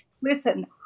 listen